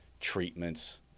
treatments